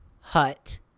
hut